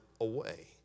away